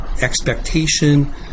expectation